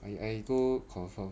I I go confirm